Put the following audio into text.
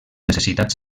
necessitats